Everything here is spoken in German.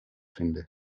finde